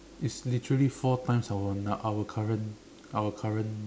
it's literally four times our na~ our current our current